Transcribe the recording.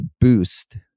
boost